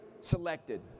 selected